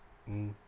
mm